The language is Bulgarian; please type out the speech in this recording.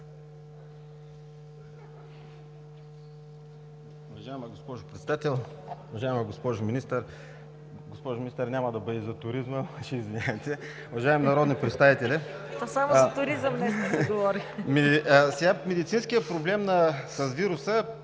Медицинският проблем с вируса